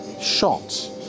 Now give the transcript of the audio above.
shot